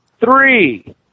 three